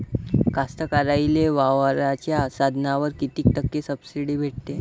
कास्तकाराइले वावराच्या साधनावर कीती टक्के सब्सिडी भेटते?